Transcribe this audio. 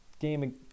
game